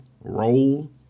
roll